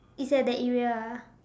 it's at that area ah